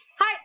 hi